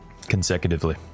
Consecutively